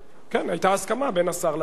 כן, היתה הסכמה בין השר למציע.